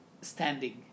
standing